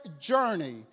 journey